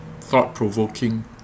thought-provoking